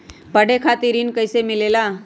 पढे खातीर ऋण कईसे मिले ला?